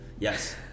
Yes